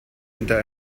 hinter